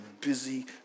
busy